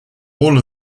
all